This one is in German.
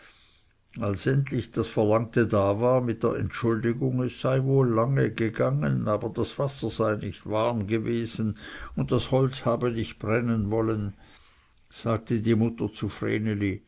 als endlich das verlangte da war mit der entschuldigung es sei wohl lang gegangen aber das wasser sei nicht warm gewesen und das holz habe nicht brennen wollen sagte die mutter